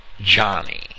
Johnny